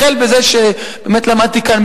החל בזה שבאמת למדתי כאן,